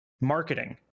marketing